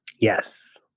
yes